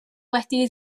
wedi